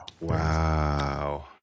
Wow